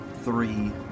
Three